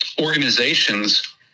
organizations